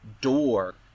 door